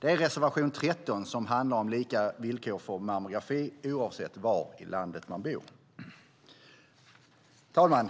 det är reservation 13 som handlar om lika villkor för mammografi oavsett var i landet man bor. Herr talman!